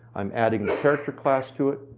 i'm adding a character class to it,